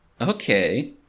Okay